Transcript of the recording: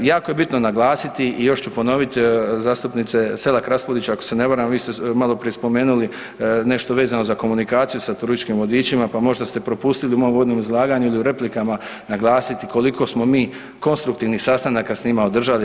Jako je bitno naglasiti i još ću ponoviti zastupnice Selak Raspudić ako se ne varam vi ste maloprije spomenuli nešto vezano za komunikaciju sa turističkim vodičima pa možda ste propustili u mom uvodnom izlaganju ili u replikama naglasiti koliko smo mi konstruktivnih sastanaka s njima održali.